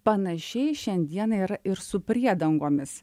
panašiai šiandieną yra ir su priedangomis